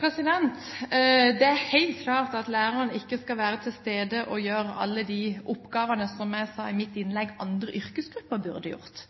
Det er helt klart, som jeg sa i mitt innlegg, at lærerne ikke skal være til stede og gjøre alle de oppgavene andre yrkesgrupper burde gjort.